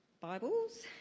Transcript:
Bibles